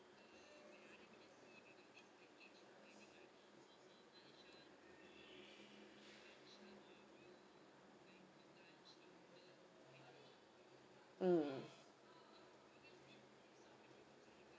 mm